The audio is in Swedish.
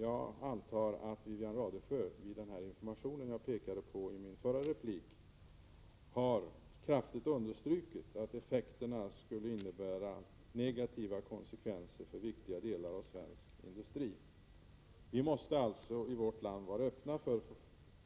Jag antar att Wivi-Anne Radesjö i den information som jag i mitt förra inlägg erinrade om kraftigt har understrukit att effekterna skulle bli negativa för viktiga delar av svensk industri. Vi måste alltså i vårt land vara öppna för